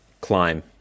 climb